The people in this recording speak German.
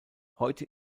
heute